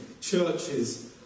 churches